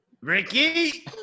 Ricky